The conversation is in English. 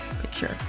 picture